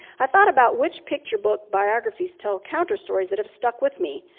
i thought about which picture book biographies tell counterstories that have stuck with me.